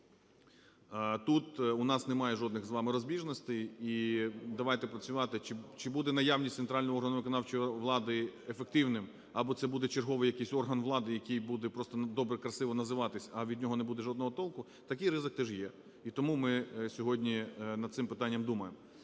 тут у нас немає жодних з вами розбіжностей, і давайте працювати. Чи буде наявність центрального органу виконавчої влади ефективним або це буде черговий якийсь орган влади, який буде просто добре, красиво називатися, а від нього не буде жодного толку, такий ризик теж є. І тому ми сьогодні над цим питанням думаємо.